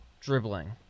dribbling